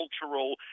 cultural